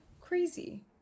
crazy